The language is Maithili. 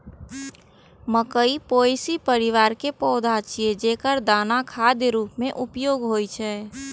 मकइ पोएसी परिवार के पौधा छियै, जेकर दानाक खाद्य रूप मे उपयोग होइ छै